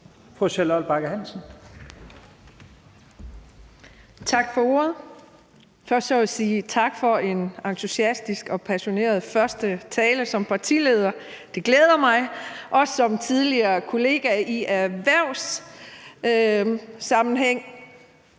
Tak for ordet. Først vil jeg sige tak for en entusiastisk og passioneret første tale som partileder. Det glæder mig, også som tidligere kollega i erhvervssammenhæng,